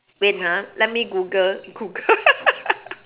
wait ha let me Google Googl~